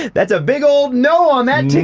that's a big ol no on that.